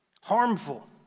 harmful